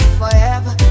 forever